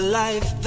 life